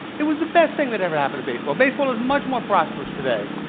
it was the best thing that ever happened to baseball. baseball is much more prosperous today.